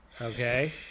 Okay